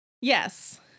Yes